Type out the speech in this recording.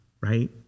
right